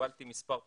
קיבלתי מספר פניות,